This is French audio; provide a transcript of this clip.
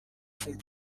font